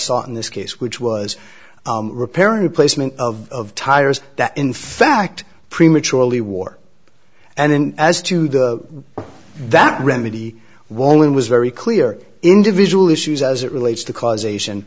sought in this case which was repairing the placement of tires that in fact prematurely war and then as to the that remedy walling was very clear individual issues as it relates to causation